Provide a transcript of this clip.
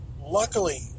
Luckily